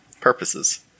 purposes